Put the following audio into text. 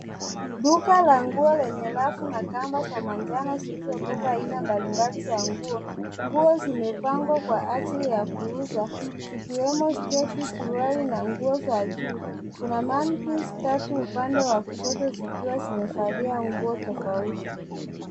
Duka la nguo lenye rafu na kamba za manjano zilizobeba aina mbalimbali za nguo. Nguo zimepangwa kwa ajili ya kuuzwa ikiwemo sketi, suruali na nguo za juu. Kuna manequinns tatu upande wa kushoto zikiwa zimevalia nguo tofauti.